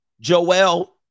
Joel